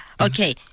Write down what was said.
Okay